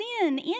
sin